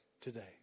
today